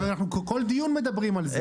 בכל דיון אנחנו מדברים על זה.